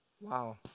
Wow